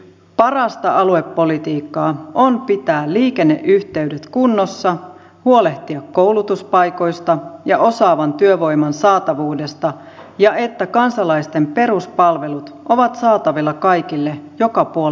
parasta aluepolitiikkaa on pitää liikenneyhteydet kunnossa huolehtia koulutuspaikoista ja osaavan työvoiman saatavuudesta ja siitä että kansalaisten peruspalvelut ovat saatavilla kaikille joka puolilla maata